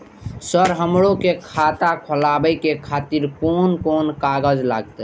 Sir हमरो के खाता खोलावे के खातिर कोन कोन कागज लागते?